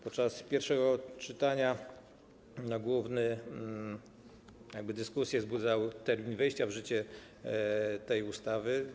Podczas pierwszego czytania głównie dyskusję wzbudzał termin wejścia w życie tej ustawy.